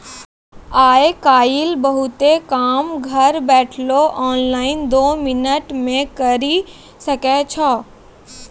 आय काइल बहुते काम घर बैठलो ऑनलाइन दो मिनट मे करी सकै छो